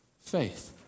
faith